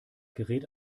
gerät